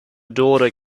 daughter